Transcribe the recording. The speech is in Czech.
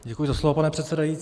Děkuji za slovo, pane předsedající.